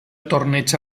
torneig